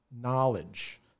knowledge